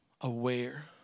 aware